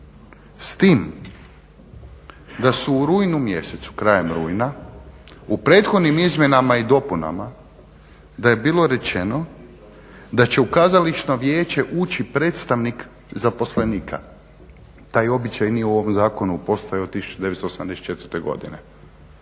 s tim da su u rujnu mjesecu, krajem rujna u prethodnim izmjenama i dopunama da je bilo rečeno da će u kazališno vijeće ući predstavnik zaposlenika. Taj običaj nije u ovom zakonu postojao od 1984. godine,